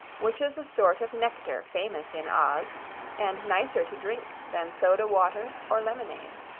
which is a sort of nectar famous in oz and nicer to drink than soda-water or lemonade.